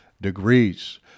Degrees